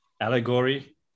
allegory